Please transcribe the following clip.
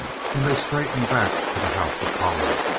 when they straightened back to the house of pollard.